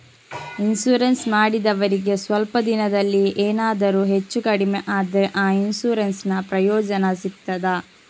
Insurance ಮಾಡಿದವರಿಗೆ ಸ್ವಲ್ಪ ದಿನದಲ್ಲಿಯೇ ಎನಾದರೂ ಹೆಚ್ಚು ಕಡಿಮೆ ಆದ್ರೆ ಆ ಇನ್ಸೂರೆನ್ಸ್ ನ ಪ್ರಯೋಜನ ಸಿಗ್ತದ?